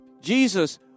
Jesus